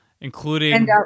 including